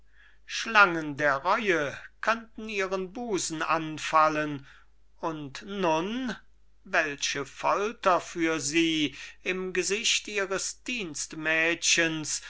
melden schlangen der reue könnten ihren busen anfallen und nun welche folter für sie im gesicht ihres dienstmädchens